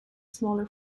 smaller